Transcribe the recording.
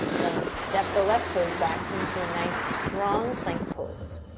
then step the left toes back. come to a nice, strong plank pose.